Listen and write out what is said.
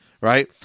right